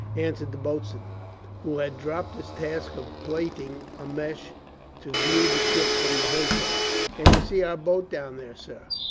answered the boatswain, who had dropped his task of plaiting a mesh to view the ship from the hiuside. can you see our boat down there, sir?